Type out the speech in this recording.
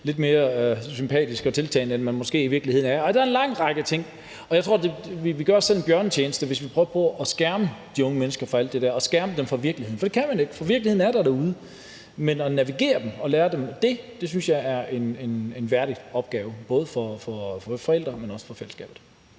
lidt mere sympatisk og tiltalende, end man måske i virkeligheden er. Der er en lang række ting, og jeg tror, at vi gør os selv en bjørnetjeneste, hvis vi prøver på at skærme de unge mennesker for alt det dér, altså at skærme dem fra virkeligheden. Det kan man ikke, for virkeligheden er derude. Men at navigere i det og lære dem dét synes jeg er en værdig opgave, både for forældrene, men også for fællesskabet.